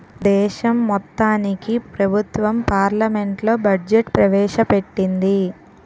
దేశం మొత్తానికి ప్రభుత్వం పార్లమెంట్లో బడ్జెట్ ప్రవేశ పెట్టింది